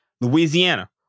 Louisiana